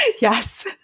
Yes